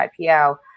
IPO